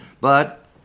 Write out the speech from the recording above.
but